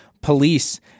police